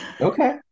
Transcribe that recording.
okay